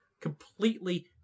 completely